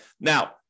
Now